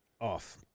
off